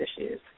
issues